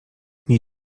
nie